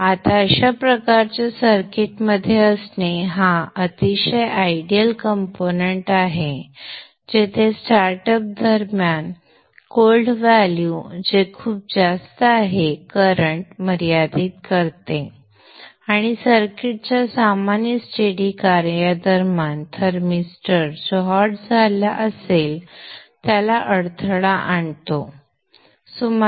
आता अशा प्रकारच्या सर्किटमध्ये असणे हा अतिशय आयडियल कंपोनेंट्स आहे जेथे स्टार्टअप दरम्यान कोल्ड व्हॅल्यू जे खूप जास्त आहे करंट मर्यादित करते आणि सर्किटच्या सामान्य स्टेडि कार्यादरम्यान थर्मिस्टर जो हॉट झाला असेल त्याला अडथळा आणतो